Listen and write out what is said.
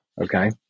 okay